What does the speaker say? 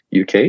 UK